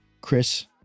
Chris